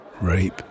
rape